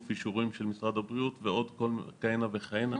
אישורים של משרד הבריאות ועוד כהנה וכהנה.